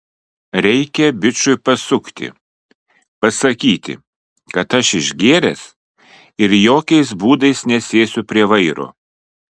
reikia bičui pasukti pasakyti kad aš išgėręs ir jokiais būdais nesėsiu prie vairo